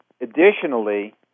Additionally